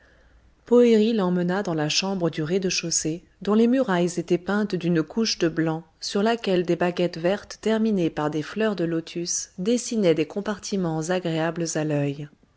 poëri l'emmena dans la chambre du rez-de-chaussée dont les murailles étaient peintes d'une couche de blanc sur laquelle des baguettes vertes terminées par des fleurs de lotus dessinaient des compartiments agréables à l'œil